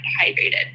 hydrated